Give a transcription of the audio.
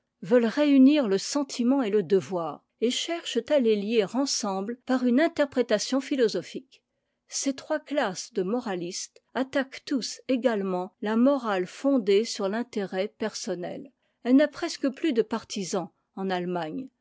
veulent réunir le sentiment et le devoir et cherchent à les lier ensemble par unejnterprétation philosophique ces trois classes de moralistes attaquent tous également la morale fondée sur intérêt personnel elle n'a presque plus de partisans en allemagne